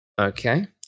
Okay